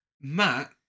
Matt